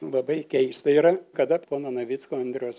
labai keista yra kada pono navicko andriaus